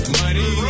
money